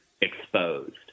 exposed